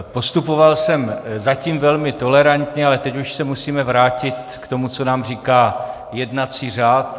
Postupoval jsem zatím velmi tolerantně, ale teď už se musíme vrátit k tomu, co nám říká jednací řád.